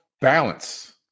balance